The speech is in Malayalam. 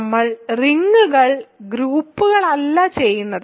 നമ്മൾ റിങ്ങുകൾ ഗ്രൂപ്പുകളല്ല ചെയ്യുന്നത്